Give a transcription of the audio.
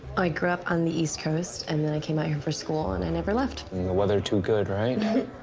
i grew up on the east coast, and then i came out here for school and and never left. the weather too good, right?